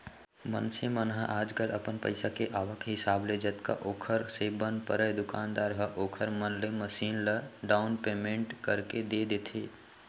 मनसे मन ह आजकल अपन पइसा के आवक हिसाब ले जतका ओखर से बन परय दुकानदार ह ओखर मन ले मसीन ल डाउन पैमेंट करके दे देथे